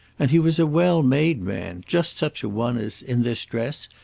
and he was a well-made man just such a one as, in this dress,